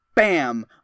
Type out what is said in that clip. Bam